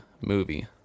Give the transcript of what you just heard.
movie